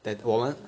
then 我们